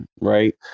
right